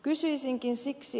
kysyisinkin siksi